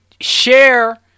share